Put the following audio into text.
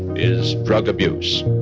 is drug abuse